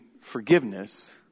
forgiveness